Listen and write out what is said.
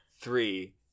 Three